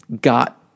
got